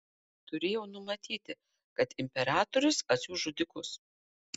turėjau numatyti kad imperatorius atsiųs žudikus